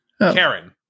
Karen